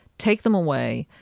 take them away,